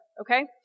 Okay